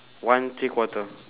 one three quarter